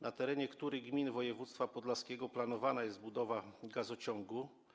Na terenie których gmin województwa podlaskiego planowana jest budowa gazociągu?